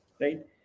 right